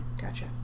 Gotcha